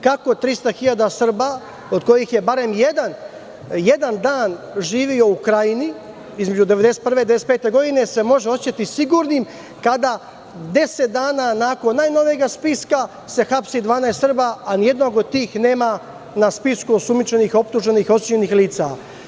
Kako 300.000 Srba, od kojih je barem jedan jedan dan živeo u Krajini između 1991. i 1995. godine, se može osećati sigurnim kada 10 dana nakon najnovijeg spiska se hapsi 12 Srba a nijednog od tih nema na spisku osumnjičenih, optuženih i osuđenih lica?